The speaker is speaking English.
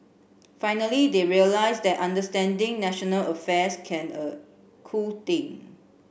finally they realise that understanding national affairs can a cool thing